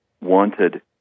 wanted